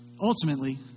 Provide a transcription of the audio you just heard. ultimately